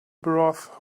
broth